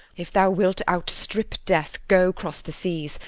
if thou wilt outstrip death, go cross the seas,